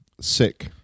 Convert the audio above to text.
sick